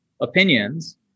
Opinions